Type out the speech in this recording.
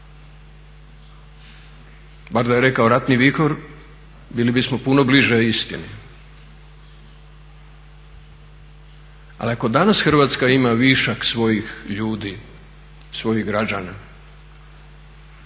Bar da je rekao ratni vihor bili bismo puno bliže istini. Ali ako danas Hrvatska ima višak svojih ljudi, svojih građana